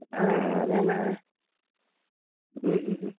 ആ അതാണ് മ്മ് മ്മ് ഹ്മ്